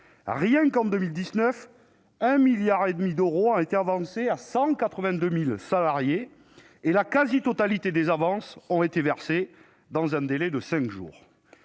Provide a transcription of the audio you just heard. Rien qu'en 2019, 1,5 milliard d'euros ont été avancés à 182 000 salariés et la quasi-totalité des avances a été versée dans un délai de cinq jours.